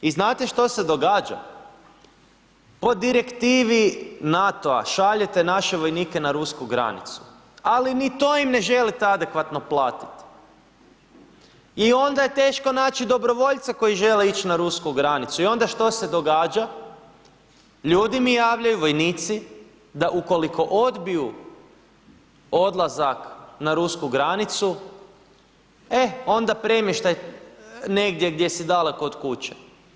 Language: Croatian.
I znate što se događa, po direktivni NATO-a šaljete naše vojnike na Rusku granicu, ali ni to im ne želite adekvatno platiti i onda je teško naći dobrovoljca koji žele ići na Rusku granicu i onda što se događa, ljudi mi javljaju, vojnici da ukoliko odbiju odlazak na Rusku granicu, eh onda premještaj negdje gdje si daleko od kuće.